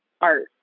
art